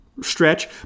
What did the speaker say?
stretch